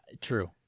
True